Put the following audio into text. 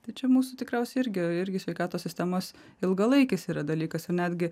tai čia mūsų tikriausiai irgi irgi sveikatos sistemos ilgalaikis yra dalykas ir netgi